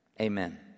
amen